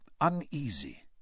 uneasy